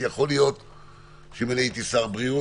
יכול להיות שאם הייתי שר בריאות,